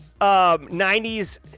90s